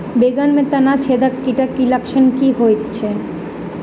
बैंगन मे तना छेदक कीटक की लक्षण होइत अछि?